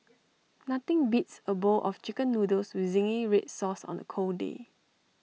nothing beats A bowl of Chicken Noodles with Zingy Red Sauce on A cold day